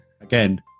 Again